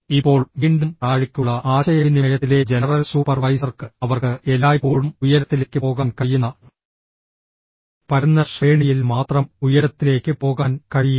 ഇപ്പോൾ വീണ്ടും താഴേക്കുള്ള ആശയവിനിമയത്തിലെ ജനറൽ സൂപ്പർവൈസർക്ക് അവർക്ക് എല്ലായ്പ്പോഴും ഉയരത്തിലേക്ക് പോകാൻ കഴിയുന്ന പരന്ന ശ്രേണിയിൽ മാത്രം ഉയരത്തിലേക്ക് പോകാൻ കഴിയില്ല